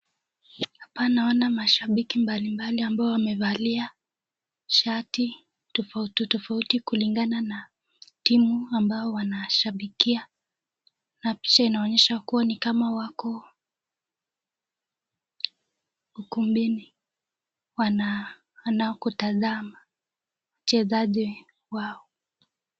Hapa naona mashabiki mbalimbali ambao wamevalia shati tofauti tofauti kulingana na timu ambao wana shabikia. Na picha inaonyesha nikama wako ukumbini wanakotazama wachezaji wao.